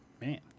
Man